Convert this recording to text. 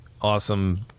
awesome